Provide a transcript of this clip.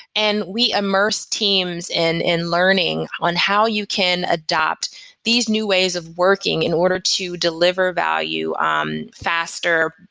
and we immerse teams in in learning on how you can adopt these new ways of working, in order to deliver value um faster,